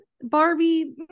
Barbie